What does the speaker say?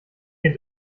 den